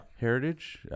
Heritage